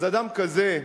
אז אדם כזה,